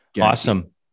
Awesome